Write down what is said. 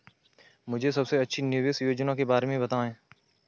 मुझे सबसे अच्छी निवेश योजना के बारे में बताएँ?